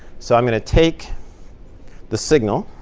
so i'm going to take the signal,